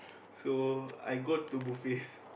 so I go to buffets